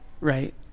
Right